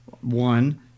one